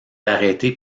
arrêté